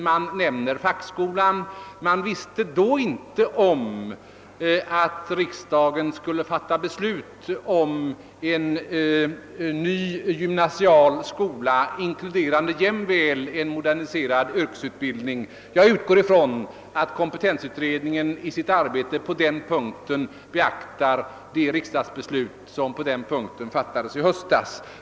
Fackskolan nämns men man visste inte då att riksdagen skulle fatta beslut om en ny gymnasial skola omfattande jämväl en moderniserad yrkesutbildning. Jag utgår från att kompetensutredningen i sitt arbete på den punkten beaktar det riksdagsbeslut som fattades i höstas.